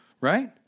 right